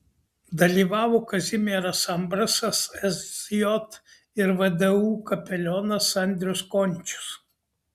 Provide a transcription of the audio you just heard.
dalyvavo kazimieras ambrasas sj ir vdu kapelionas andrius končius